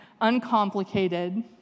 uncomplicated